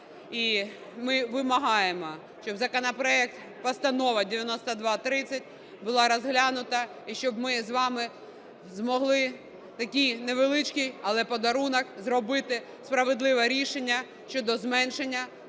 ми вимагаємо, щоб Постанова 9230 була розглянута і щоб ми з вами змогли такий невеличкий, але подарунок зробити – справедливе рішення щодо зменшення